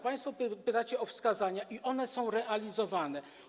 Państwo pytacie o wskazania i one są realizowane.